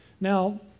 Now